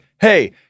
hey